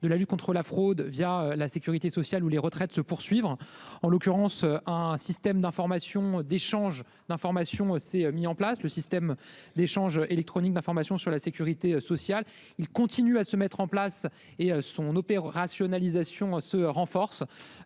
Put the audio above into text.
de la lutte contre la fraude, via la sécurité sociale ou les retraites se poursuivre en l'occurrence un système d'information, d'échanges d'informations mis en place le système d'échanges électroniques d'information sur la sécurité sociale, il continue à se mettre en place et son au Pérou rationalisation se renforce,